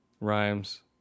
rhymes